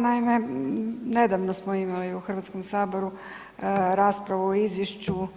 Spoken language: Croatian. Naime, nedavno smo imali u Hrvatskom saboru raspravu o Izvješću